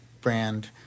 brand